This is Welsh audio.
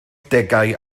degau